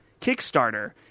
Kickstarter